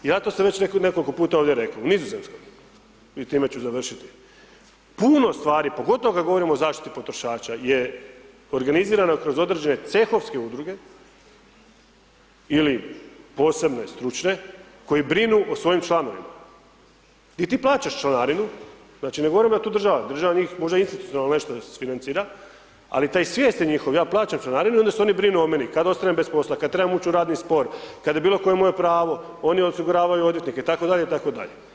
Ja to sam već nekoliko puta ovdje rekao, u Nizozemskoj i time ću završiti, puno stvari, pogotovo kada govorimo o zaštiti potrošača je organizirana kroz određene cehovske Udruge ili posebne stručne koji brinu o svojim članovima i ti plaćaš članarinu, znači, ne govorim ja tu država, država njih možda institucionalno nešto isfinancira, ali taj … [[Govornik se ne razumije]] je njihov, ja plaćam članarinu i onda se oni brinu o meni kada ostanem bez posla, kada trebam ući u radni spor, kad je bilo koje moje pravo, oni osiguravaju odvjetnike, itd., itd.